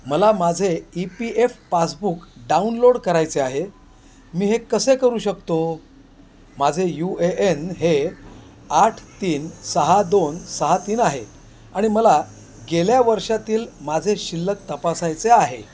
मला माझे E P F passbook download करायचे आहे मी हे कसे करू शकतो माझे यू ए एन हे आठ तीन सहा दोन सहा तीन आहे आणि मला गेल्या वर्षातील माझे शिल्लक तपासायचे आहे